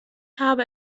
habe